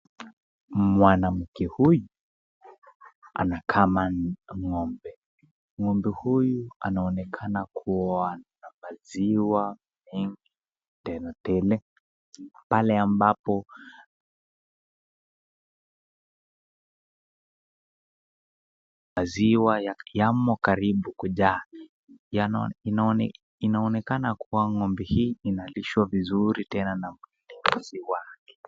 Mwanamke huyu anakama ng'ombe.Ng'ombe huyu anaonekana kuwa na maziwa teletele pale ambapo maziwa yamo karibu kujaa. Inaonekana kuwa ng'ombe hii inalishwa vizuri tena na mtendakazi wake.